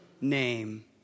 name